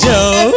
Joe